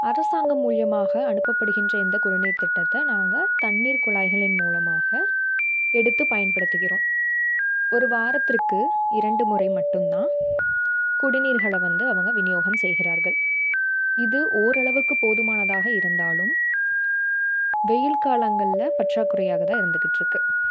அரசாங்கம் மூலயமாக அனுப்பப்படுகின்ற இந்த குடிநீர் திட்டத்தை நாங்கள் தண்ணீர் குழாய்களின் மூலமாக எடுத்து பயன்படுத்துகிறோம் ஒரு வாரத்திற்கு இரண்டு முறை மட்டும் தான் குடிநீர்களை வந்து அவங்க விநியோகம் செய்கிறார்கள் இது ஓரளவுக்கு போதுமானதாக இருந்தாலும் வெயில் காலங்களில் பற்றாக்குறையாக தான் இருந்துக்கிட்டு இருக்குது